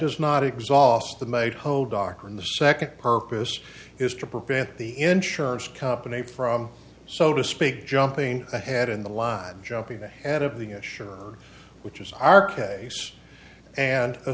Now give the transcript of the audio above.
does not exhaust the made whole doctrine the second purpose is to prevent the insurance company from so to speak jumping ahead in the line jumping ahead of the issue which is our case and